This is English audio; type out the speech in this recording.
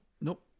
Nope